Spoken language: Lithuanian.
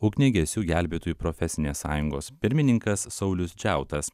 ugniagesių gelbėtojų profesinės sąjungos pirmininkas saulius džiautas